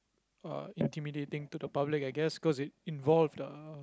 uh intimidating to the public I guess cause it involved uh